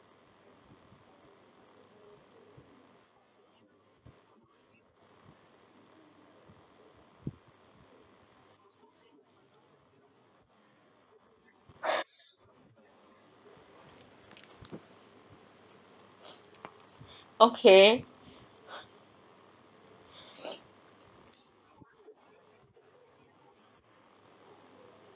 okay